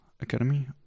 academy